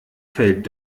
fällt